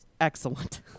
Excellent